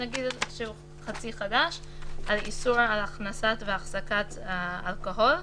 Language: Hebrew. חצי חדש על איסור על הכנסת והחזקת אלכוהול.